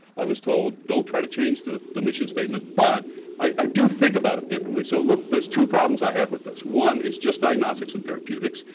i was told don't try to change the the mission statement, but i do think about it differently. so, look, there's two problems i have with this. one, it's just diagnostics and therapeutics,